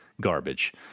garbage